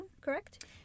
correct